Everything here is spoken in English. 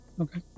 okay